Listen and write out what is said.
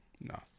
No